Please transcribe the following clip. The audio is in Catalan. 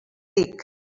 ric